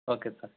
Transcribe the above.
okay sir